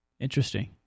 Interesting